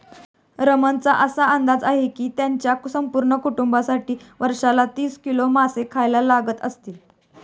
रमणचा असा अंदाज आहे की त्याच्या संपूर्ण कुटुंबासाठी वर्षाला तीस किलो मासे खायला लागत असतील